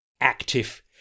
active